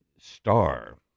star